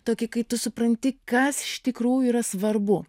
tokį kai tu supranti kas iš tikrųjų yra svarbu